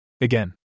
Again